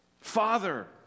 Father